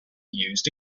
used